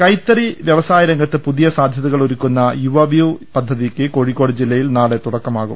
കൈത്തറി വ്യവസായ രംഗത്ത് പുതിയ സാധ്യതകൾ ഒരുക്കുന്ന യുവവീവ് പദ്ധതിയ്ക്ക് കോഴിക്കോട് ജില്ലയിൽ നാളെ തുടക്ക മാകും